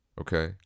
Okay